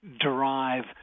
derive